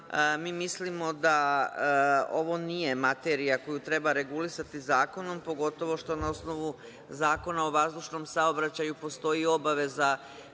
Mi mislimo da ovo nije materija koju treba regulisati zakonom, pogotovo što na osnovu Zakona o vazdušnom saobraćaju postoji i obaveza